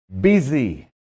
busy